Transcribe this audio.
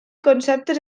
conceptes